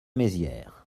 mézières